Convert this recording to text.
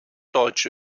deutsche